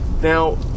Now